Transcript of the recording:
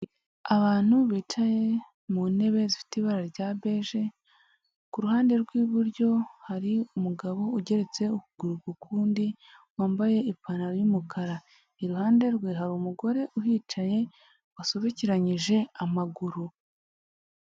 Abantu bicaye mu ntebe zifite ibara rya beje, ku ruhande rw'iburyo hari umugabo ugeretse ukuguru ku kundi wambaye ipantaro y'umukara, iruhande rwe hari umugore uhicaye wasobekanyije amaguru.